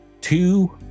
two